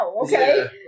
Okay